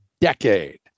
decade